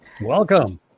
Welcome